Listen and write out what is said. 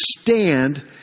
stand